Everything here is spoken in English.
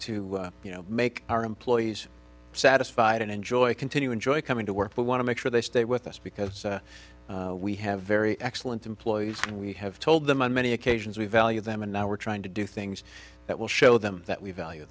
to you know make our employees satisfied and enjoy continue enjoy coming to work but want to make sure they stay with us because we have very excellent employees and we have told them on many occasions we value them and now we're trying to do things that will show them that we value